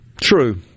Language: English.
True